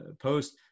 Post